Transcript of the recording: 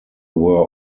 were